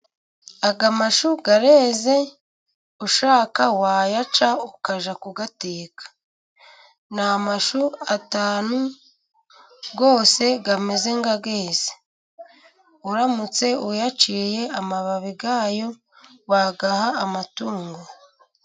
Aya mashu areze, ushaka wayaca ukajya kuyateka. Ni amashu atanu yose ameze nkayeze, uramutse uyaciye amababi yayo wayaha amatungo.